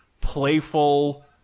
playful